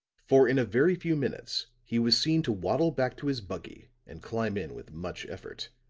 for in a very few minutes he was seen to waddle back to his buggy and climb in with much effort.